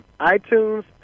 iTunes